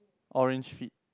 orange feet